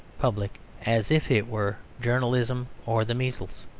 public, as if it were journalism or the measles.